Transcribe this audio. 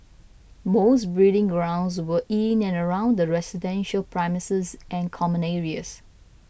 most breeding grounds were in and around the residential premises and common areas